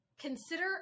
Consider